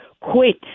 quit